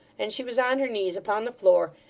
and she was on her knees upon the floor,